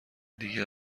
دیگه